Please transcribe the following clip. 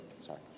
sorry